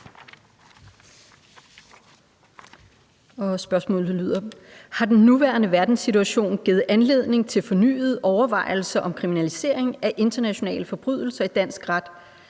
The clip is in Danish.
Har den nuværende verdenssituation givet anledning til fornyede overvejelser om kriminalisering af internationale forbrydelser i dansk ret,